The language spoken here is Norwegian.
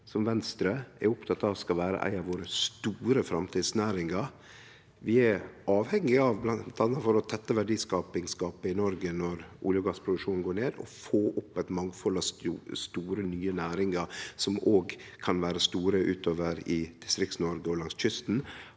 Venstre er oppteke av skal vere ei av våre store framtidsnæringar. Vi er avhengige av, bl.a. for å tette verdiskapingsgapet i Noreg når olje- og gassproduksjonen går ned, å få opp eit mangfald av store, nye næringar som òg kan vere store utover i Distrikts-Noreg og langs kysten.